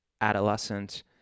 adolescent